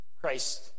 Christ